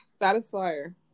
Satisfier